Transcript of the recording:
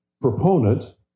proponent